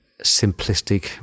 simplistic